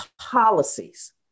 policies